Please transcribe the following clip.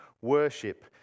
worship